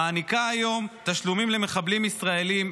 מעניקה היום תשלומים למחבלים ישראלים,